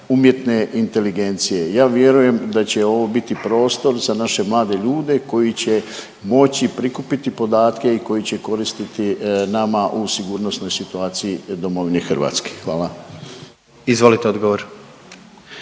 umjetne inteligencije. Ja vjerujem da će ovo biti prostor za naše mlade ljude koji će moći prikupiti podatke i koji će koristiti nama u sigurnosnoj situaciji domovine Hrvatske. Hvala. **Jandroković,